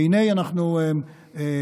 והינה אנחנו הסכמנו,